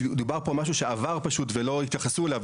שדובר פה על משהו שעבר פשוט ולא התייחסו אליו,